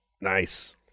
Nice